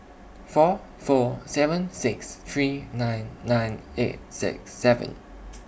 four four seven six three nine nine eight six seven